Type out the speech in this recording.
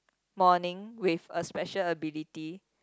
morning with a special ability